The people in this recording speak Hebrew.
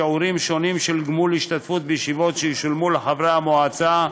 שיעורים שונים של גמול השתתפות בישיבות שישולמו לחברי מועצה,